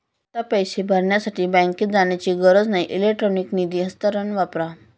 आता पैसे भरण्यासाठी बँकेत जाण्याची गरज नाही इलेक्ट्रॉनिक निधी हस्तांतरण वापरा